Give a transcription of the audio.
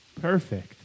Perfect